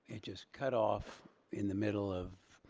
it just cut off in the middle of,